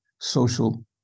social